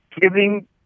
giving